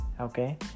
okay